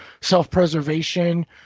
self-preservation